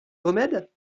remède